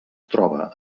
troba